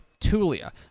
Tulia